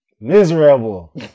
Miserable